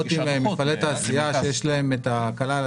מפעלי תעשייה שיש להם את ההקלה על